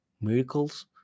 miracles